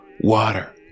water